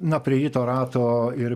na prie ryto rato ir